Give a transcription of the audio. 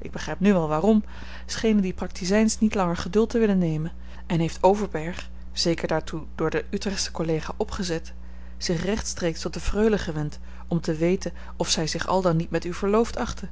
ik begrijp nu wel waarom schenen die praktizijns niet langer geduld te willen nemen en heeft overberg zeker daartoe door den utrechtschen collega opgezet zich rechtstreeks tot de freule gewend om te weten of zij zich al dan niet met u verloofd achtte